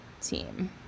team